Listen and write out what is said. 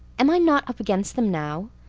am i not up against them now?